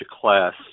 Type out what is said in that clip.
class